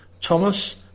Thomas